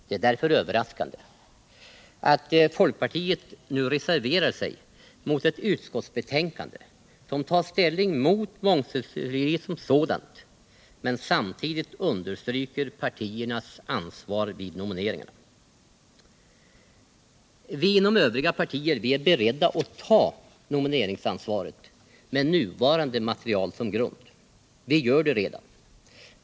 Därför är det överraskande att folkpartiet nu reserverar sig mot ett utskottsbetänkande som tar ställning mot mångsyssleriet som sådant och samtidigt understryker partiernas ansvar vid nomineringarna. Vi inom övriga partier är beredda att ta nomineringsansvaret med nuvarande material som grund — vi gör det redan.